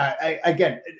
Again